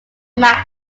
match